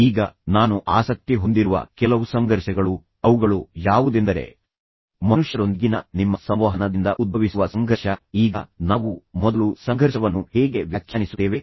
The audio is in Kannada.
ಈಗ ನಾನು ಆಸಕ್ತಿ ಹೊಂದಿರುವ ಕೆಲವು ಸಂಘರ್ಷಗಳು ಅವುಗಳು ಯಾವುದೆಂದರೆ ಮನುಷ್ಯರೊಂದಿಗಿನ ನಿಮ್ಮ ಸಂವಹನದಿಂದ ಉದ್ಭವಿಸುವ ಸಂಘರ್ಷ ಈಗ ನಾವು ಮೊದಲು ಸಂಘರ್ಷವನ್ನು ಹೇಗೆ ವ್ಯಾಖ್ಯಾನಿಸುತ್ತೇವೆ